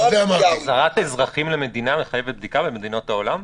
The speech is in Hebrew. לא על --- החזרת אזרחים למדינה מחייבת בדיקה במדינות העולם?